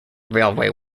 railway